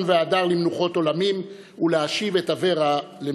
והדר למנוחת עולמים ולהשיב את אברה למשפחתו.